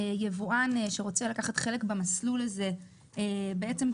יבואן שרוצה לקחת חלק במסלול הזה צריך